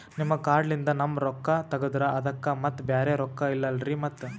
ನಿಮ್ ಕಾರ್ಡ್ ಲಿಂದ ನಮ್ ರೊಕ್ಕ ತಗದ್ರ ಅದಕ್ಕ ಮತ್ತ ಬ್ಯಾರೆ ರೊಕ್ಕ ಇಲ್ಲಲ್ರಿ ಮತ್ತ?